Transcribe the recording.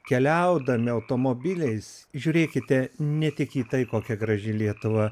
keliaudami automobiliais žiūrėkite ne tik į tai kokia graži lietuva